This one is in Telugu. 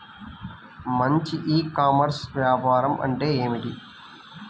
మంచి ఈ కామర్స్ వ్యాపారం ఏమిటీ?